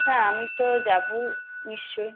হ্যাঁ আমি তো যাব নিশ্চয়ই